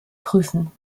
prüfen